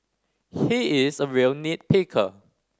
he is a real nit picker